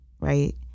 right